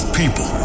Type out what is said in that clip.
people